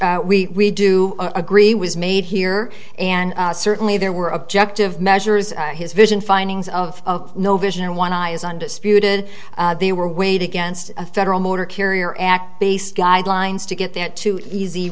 which we do agree was made here and certainly there were objective measures his vision findings of no vision and one eye is undisputed they were weighed against a federal motor carrier act based guidelines to get that two easy